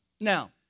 Now